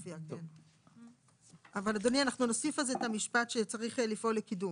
אבל אדוני, אנחנו נוסיף על זה שצריך לפעול לקידום.